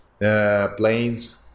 planes